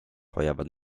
hoiavad